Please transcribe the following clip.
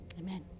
Amen